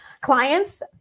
clients